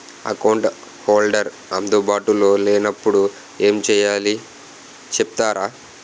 Account holder అందు బాటులో లే నప్పుడు ఎం చేయాలి చెప్తారా?